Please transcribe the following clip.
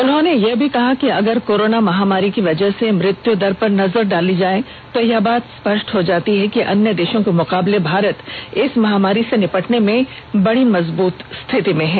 उन्होंने यह भी कहा कि अगर कोरोना महामारी की वजह से मृत्यु दर पर नजर डाली जाए तो यह बात स्पष्ट हो जाती है कि अन्य देशों के मुकाबले भारत इस महामारी से निपटने में बड़ी मजबूत स्थिति में है